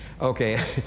Okay